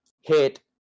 hit